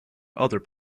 other